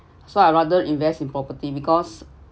so I rather invest in property because